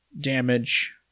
damage